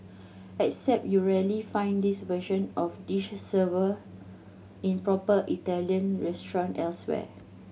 except you'll rarely find this version of dish served in proper Italian restaurant elsewhere